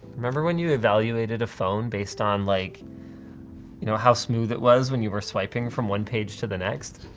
remember when you evaluated a phone based on like you know how smooth it was when you were swiping from one page to the next?